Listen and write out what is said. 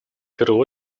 первую